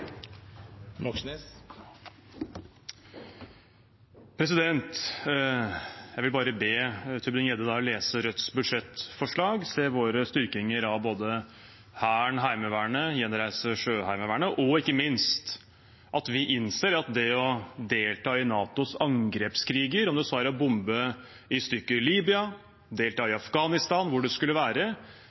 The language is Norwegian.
Jeg vil bare be Tybring-Gjedde om å lese Rødts budsjettforslag, se våre styrkinger av både Hæren og Heimevernet, vår gjenreising av Sjøheimevernet, og ikke minst at vi innser at det å delta i NATOs angrepskriger, om det så er å bombe i stykker Libya, delta i Afghanistan – hvor det enn skulle være